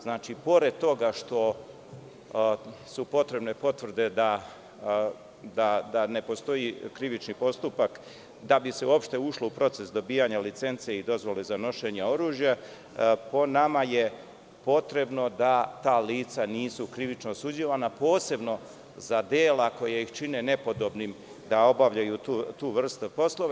Znači, pored toga što su potrebne potvrde da ne postoji krivični postupak da bi se ušlo u proces dobijanja licence i dozvole za nošenje oružja, po nama, potrebno je da ta lica nisu krivično osuđivana, posebno za dela koja ih čine nepodobnim da obavljaju tu vrstu poslova.